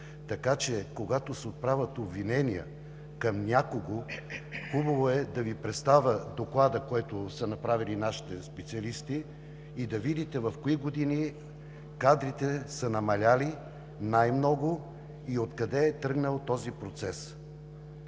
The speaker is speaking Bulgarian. Така че, когато се отправят обвинения към някого, хубаво е да Ви представя доклада, който са направили нашите специалисти, и да видите в кои години кадрите са намалели най-много и откъде е тръгнал този процес.